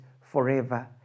forever